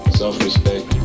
self-respect